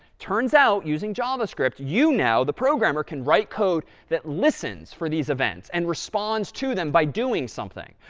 turns out, using javascript, you now, the programmer, can write code that listens for these events and responds to them by doing something.